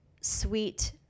sweet